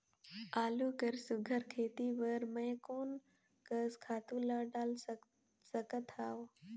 आलू कर सुघ्घर खेती बर मैं कोन कस खातु ला डाल सकत हाव?